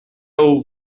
aux